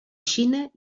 xina